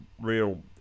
real